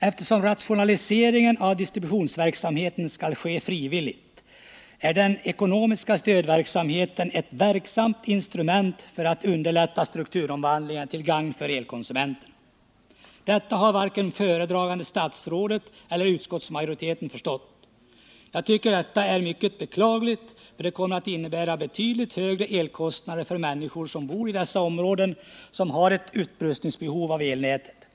Eftersom rationaliseringen av distributionsverksamheten skall ske frivilligt, är den ekonomiska stödverksamheten ett verksamt instrument för att underlätta strukturomvandlingen till gagn för elkonsumenterna. Det har varken föredragande statsrådet eller utskottsmajoriteten förstått. Jag tycker detta är mycket beklagligt, för det kommer att innebära betydligt högre elkostnader för människor som bor i de områden som har ett behov av upprustning av elnätet.